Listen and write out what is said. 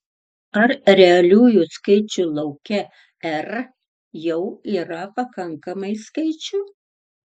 ar realiųjų skaičių lauke r jau yra pakankamai skaičių